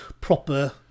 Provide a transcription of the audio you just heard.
proper